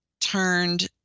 turned